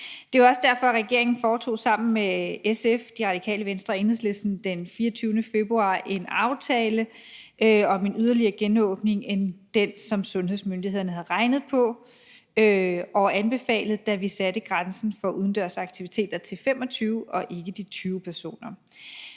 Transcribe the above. Det var jo også derfor, at regeringen sammen med SF, Det Radikale Venstre og Enhedslisten den 24. februar lavede en aftale om en yderligere genåbning i forhold til den, som sundhedsmyndighederne havde regnet på og anbefalet, da vi satte grænsen for udendørs aktiviteter til 25 og ikke de 20 personer.